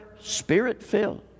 Spirit-filled